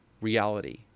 reality